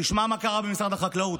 תשמע מה קרה במשרד החקלאות: